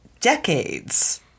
decades